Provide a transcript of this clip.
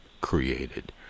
created